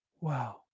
wow